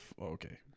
Okay